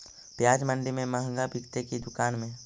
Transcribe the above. प्याज मंडि में मँहगा बिकते कि दुकान में?